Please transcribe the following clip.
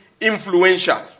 influential